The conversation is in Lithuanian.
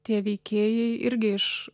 tie veikėjai irgi iš